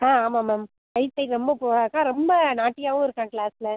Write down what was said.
ஆமாம் மேம் ரொம்ப புவராக இருக்கான் ரொம்ப நாட்டியாகவும் இருக்கான் கிளாஸில்